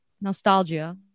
Nostalgia